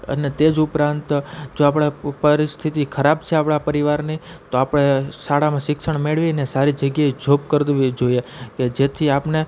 અને તે જ ઉપરાંત જો આપણે પરિસ્થિતિ ખરાબ છે આપણા પરિવારની તો આપણે શાળામાં શિક્ષણ મેળવીને સારી જગ્યાએ જોબ કરવી જોઈએ કે જેથી આપને